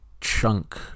chunk